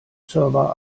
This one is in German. server